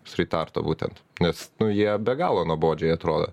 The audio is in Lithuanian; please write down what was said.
strytarto būtent nes nu jie be galo nuobodžiai atrodo